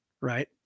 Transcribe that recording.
Right